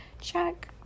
Check